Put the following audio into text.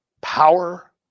power